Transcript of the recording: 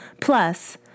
plus